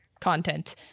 content